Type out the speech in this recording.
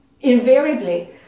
invariably